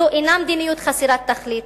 זו אינה מדיניות חסרת תכלית,